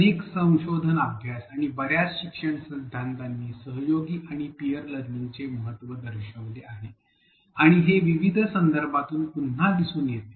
अनेक संशोधन अभ्यास आणि बर्याच शिक्षण सिद्धांतांनी सहयोगी आणि पियर लर्निंगचे महत्त्व दर्शविले आहे आणि हे विविध संदर्भांमधून पुन्हा दिसून येते